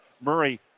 Murray